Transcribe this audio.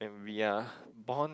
we are born